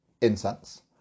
incense